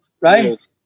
right